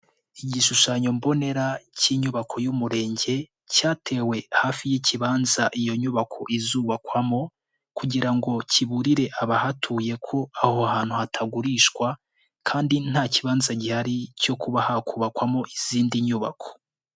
Igishushanyo mbonera cy'inyubako y'umurenge, cyatewe hafi y'ikibanza iyo nyubako izubakwamo kugira ngo kiburire abahatuye ko aho hantu hatagurishwa kandi nta kibanza gihari cyo kuba hakubakwamo izindi nyubako.